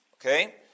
Okay